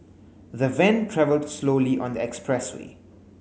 the van travelled slowly on the expressway